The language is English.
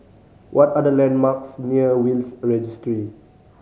what are the landmarks near Will's Registry